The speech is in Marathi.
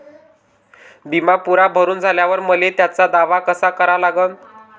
बिमा पुरा भरून झाल्यावर मले त्याचा दावा कसा करा लागन?